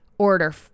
order